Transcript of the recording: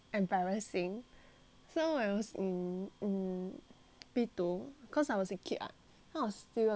so when I was in P two cause I was a kid [what] so I was still like very obedient